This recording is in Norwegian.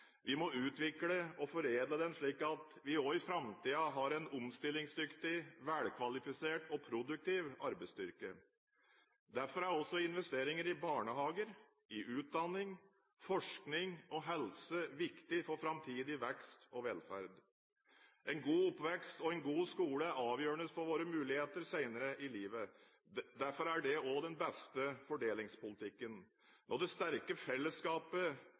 Vi må utvikle og foredle den, slik at vi også i framtiden har en omstillingsdyktig, velkvalifisert og produktiv arbeidsstyrke. Derfor er investeringer i barnehager, utdanning, forskning og helse viktige for framtidig vekst og velferd. En god oppvekst og en god skole er avgjørende for våre muligheter senere i livet. Derfor er dette også den beste fordelingspolitikken. Når det sterke fellesskapet